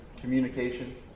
communication